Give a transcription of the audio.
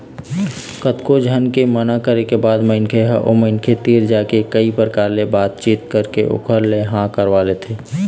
कतको झन के मना करे के बाद मनखे ह ओ मनखे तीर जाके कई परकार ले बात चीत करके ओखर ले हाँ करवा लेथे